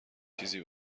چیزی